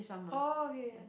oh okay